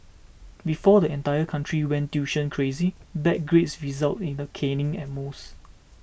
before the entire country went tuition crazy bad grades resulted in a caning at most